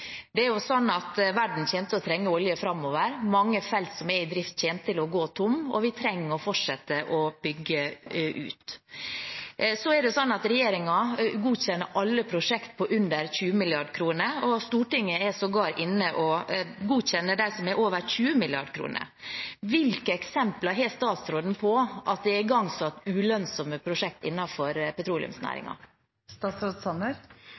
Det er jo sånn at verden kommer til å trenge olje framover. Mange felt som er i drift, kommer til å gå tom, og vi trenger å fortsette med å bygge ut. Så er det sånn at regjeringen godkjenner alle prosjekt på under 20 mrd. kr, og Stortinget er sågar inne og godkjenner dem som er på over 20 mrd. kr. Hvilke eksempler har statsråden på at det er igangsatt ulønnsomme